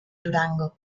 durango